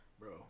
bro